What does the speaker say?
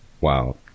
Wow